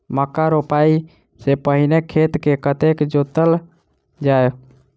मक्का रोपाइ सँ पहिने खेत केँ कतेक जोतल जाए?